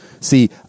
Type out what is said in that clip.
see